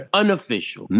unofficial